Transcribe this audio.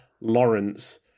lawrence